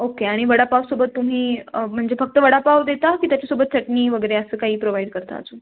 okay आणि वडापावसोबत तुम्ही म्हणजे फक्त वडापाव देता की त्याच्यासोबत चटणी वगैरे असं काही प्रोव्हाइड करता अजून